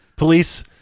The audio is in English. police